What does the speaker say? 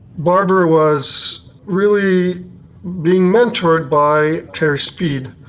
barbara was really being mentored by terry speed,